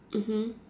mmhmm